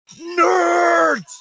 NERDS